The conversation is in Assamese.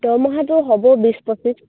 দৰমহাটো হ'ব বিছ পঁচিছ